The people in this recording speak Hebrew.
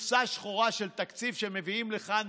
קופסה שחורה של תקציב שמביאים לכאן,